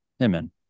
Amen